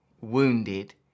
wounded